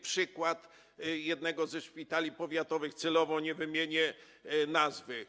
Przykład jednego ze szpitali powiatowych, celowo nie wymienię nazwy.